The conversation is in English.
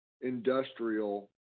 industrial